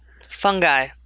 fungi